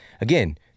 again